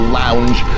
lounge